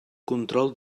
control